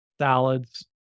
salads